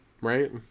Right